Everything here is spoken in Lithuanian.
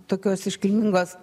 tokios iškilmingos